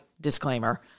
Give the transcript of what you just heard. disclaimer